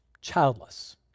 childless